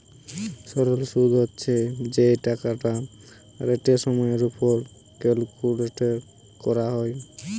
সরল শুদ হচ্ছে যেই টাকাটা রেটের সময়ের উপর ক্যালকুলেট করা হয়